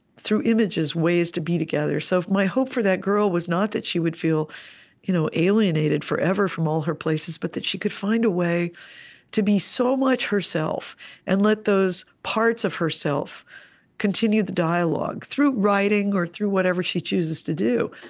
through images, ways to be together. so my hope for that girl was not that she would feel you know alienated forever from all her places, but that she could find a way to be so much herself and let those parts of herself continue the dialogue, through writing or through whatever she chooses to do.